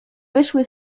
wyszły